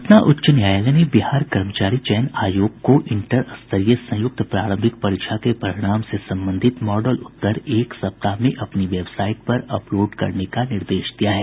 पटना उच्च न्यायालय ने बिहार कर्मचारी चयन आयोग को इंटर स्तरीय संयुक्त प्रारंभिक परीक्षा के परिणाम से संबंधित मॉडल उत्तर एक सप्ताह में अपनी वेबसाईट पर अपलोड करने का निर्देश दिया है